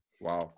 wow